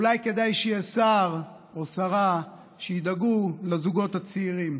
אולי כדאי שיהיה שר או שרה שידאגו לזוגות הצעירים.